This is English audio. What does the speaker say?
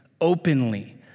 openly